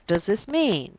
what does this mean?